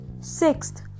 Sixth